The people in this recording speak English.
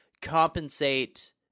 compensate